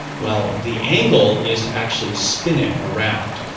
well, the angle is to actually spin it around.